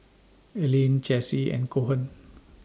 Aleen Chessie and Cohen